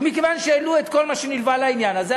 ומכיוון שהעלו את כל מה שנלווה לעניין הזה,